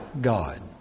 God